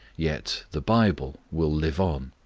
yet the bible will live on.